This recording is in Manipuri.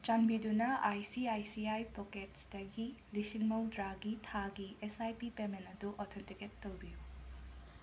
ꯆꯥꯟꯕꯤꯗꯨꯅ I C I C I ꯄꯣꯀꯦꯠꯁꯇꯒꯤ ꯂꯤꯁꯤꯡ ꯃꯧꯗ꯭ꯔꯥꯒꯤ ꯊꯥꯒꯤ ꯑꯦꯁ ꯑꯥꯏ ꯄꯤ ꯄꯦꯃꯦꯟ ꯑꯗꯨ ꯑꯣꯊꯦꯟꯇꯤꯀꯦꯠ ꯇꯧꯕꯤꯌꯨ